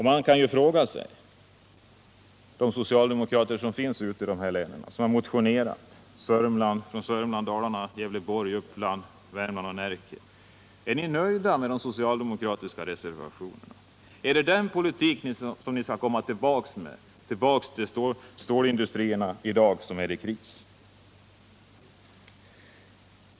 Man kan ju fråga de socialdemokratiska motionärerna från Södermanland, Dalarna, Gävleborg, Uppland, Värmland och Närke: Är ni nöjda med de socialdemokratiska reservationerna? Är det den politik ni skall komma tillbaka med -— tillbaka till de stålindustrier som i dag är i kris?